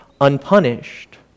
unpunished